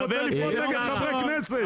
הוא רוצה לפעול נגד חברי כנסת.